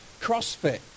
CrossFit